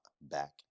back